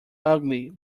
ugly